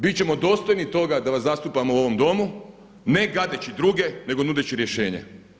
Bit ćemo dostojni toga da vas zastupamo u ovom Domu ne gadeći druge, nego nudeći rješenje.